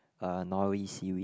uh nori seaweed